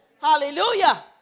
Hallelujah